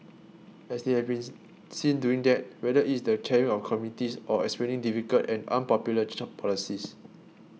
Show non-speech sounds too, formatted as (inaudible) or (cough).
as they have been (unintelligible) seen doing that whether it is the chairing of committees or explaining difficult and unpopular (unintelligible) policies